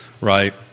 right